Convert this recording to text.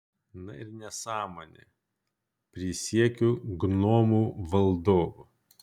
na ir nesąmonė prisiekiu gnomų valdovu